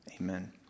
Amen